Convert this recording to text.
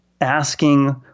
asking